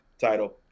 title